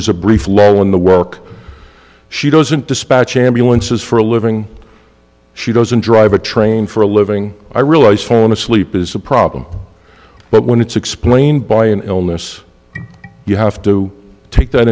was a brief lull in the work she doesn't dispatch ambulances for a living she doesn't drive a train for a living i realize falling asleep is a problem but when it's explained by an illness you have to take that